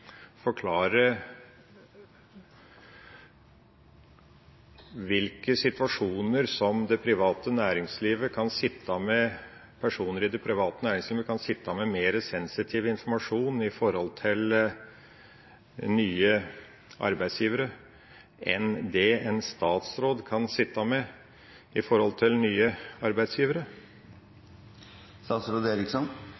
forklare i hvilke situasjoner personer i det private næringslivet kan sitte med mer sensitiv informasjon i forhold til nye arbeidsgivere enn det en statsråd kan sitte med i forhold til nye arbeidsgivere?